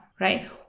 Right